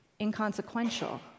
inconsequential